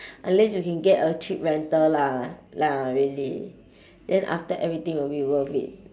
unless you can get a cheap renter lah lah really then after everything will be worth it